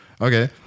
Okay